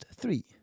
three